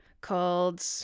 called